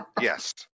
yes